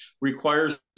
requires